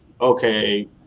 okay